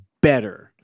better